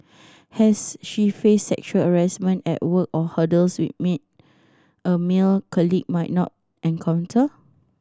has she faced sexual harassment at work or hurdles which a meant a male colleague might not encounter